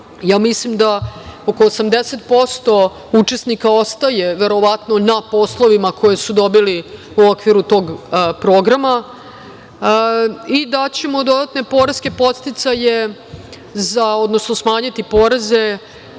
Mislim da oko 80% učesnika ostaje verovatno na poslovima koje su dobili u okviru tog programa. Takođe, daćemo dodatne poreske podsticaje, odnosno smanjiti poreze